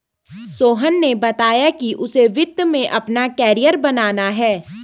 सोहन ने बताया कि उसे वित्त में अपना कैरियर बनाना है